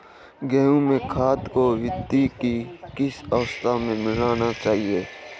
गेहूँ में खाद को वृद्धि की किस अवस्था में मिलाना चाहिए?